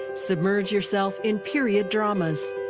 submerge yourself in period dramas.